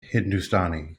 hindustani